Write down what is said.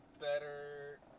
better